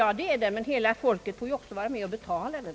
Ja, det är den, men hela folket får ju också vara med om att betala den.